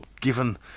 given